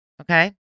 Okay